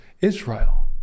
Israel